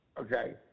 Okay